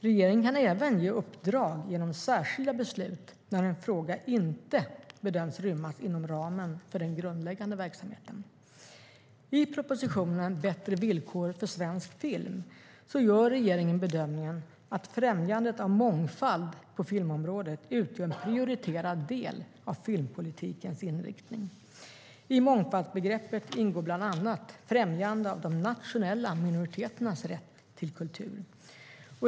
Regeringen kan även ge uppdrag genom särskilda beslut när en fråga inte bedöms rymmas inom ramen för den grundläggande verksamheten. I propositionen Bättre villkor för svensk film gör regeringen bedömningen att främjande av mångfald på filmområdet utgör en prioriterad del av filmpolitikens inriktning. I mångfaldsbegreppet ingår bland annat främjande av de nationella minoriteternas rätt till kultur.